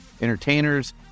entertainers